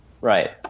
Right